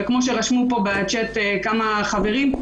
וכמו שרשמו בצ'ט כמה חברים,